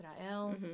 Israel